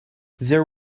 there